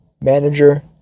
manager